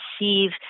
receive